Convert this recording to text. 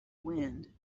wind